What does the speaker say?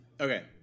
Okay